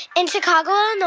in chicago, and ill,